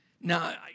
Now